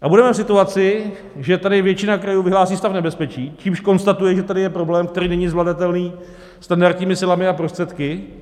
A budeme v situaci, že tady většina krajů vyhlásí stav nebezpečí, čímž konstatuje, že tady je problém, který není zvladatelný standardními silami a prostředky.